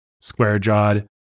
square-jawed